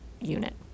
unit